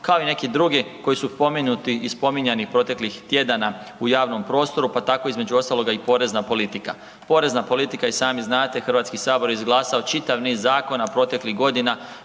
kao i neki drugi koje su pomenuti i spominjati proteklih tjedana u javnom prostoru pa tako između ostaloga i porezna politika. Porezna politika, i sami znate Hrvatski sabor je izglasao čitav niz zakona proteklih godina